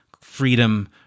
freedom